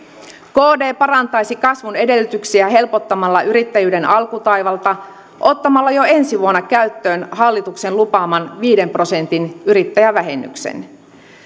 kd parantaisi kasvun edellytyksiä helpottamalla yrittäjyyden alkutaivalta ottamalla jo ensi vuonna käyttöön hallituksen lupaaman viiden prosentin yrittäjävähennyksen